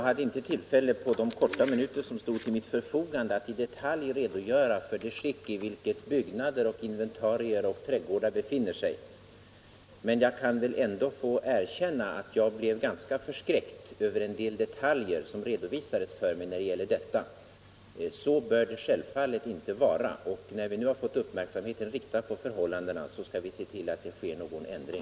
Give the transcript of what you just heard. Herr talman! På de få minuter som stod till mitt förfogande hade jag inte möjlighet att redogöra för det skick som byggnader, inventarier och trädgårdar befinner sig i. Jag kan väl ändå få erkänna att jag blev ganska förskräckt över en del detaljer som redovisades för mig. När vi nu fått uppmärksamheten riktad på förhållandena skall vi snabbt ta itu med problemen.